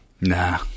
nah